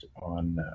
on